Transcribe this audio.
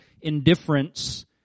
indifference